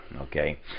okay